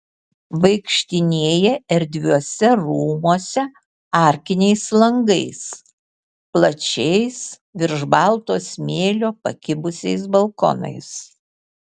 vaikštinėja erdviuose rūmuose arkiniais langais plačiais virš balto smėlio pakibusiais balkonais